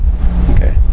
okay